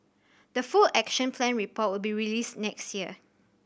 the full Action Plan report will be released next year